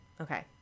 Okay